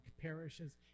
parishes